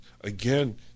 again